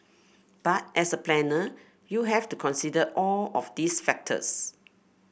but as a planner you have to consider all of these factors